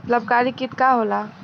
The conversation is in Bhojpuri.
लाभकारी कीट का होला?